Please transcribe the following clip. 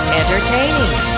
entertaining